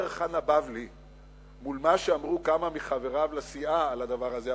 סופר חנה בבלי מול מה שאמרו כמה מחבריו לסיעה על הדבר הזה,